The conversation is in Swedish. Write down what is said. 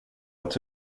att